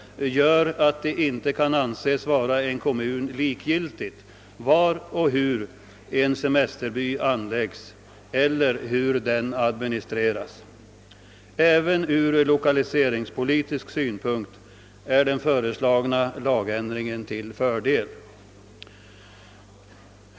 gör att det inte kan anses vara en kommun likgiltigt var och hur en semesterby anläggs eller hur den administreras. Även ur lokaliseringspolitisk synpunkt är den föreslagna lagändringen till fördel.